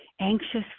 anxious